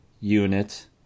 unit